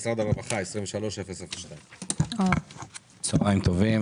משרד הרווחה 23-002. צוהריים טובים,